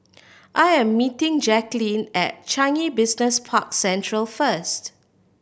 I am meeting Jacquelin at Changi Business Park Central first